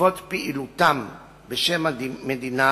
בעקבות פעילותם בשם המדינה